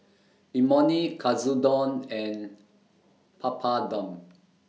Imoni Katsudon and Papadum